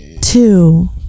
Two